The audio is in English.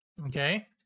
Okay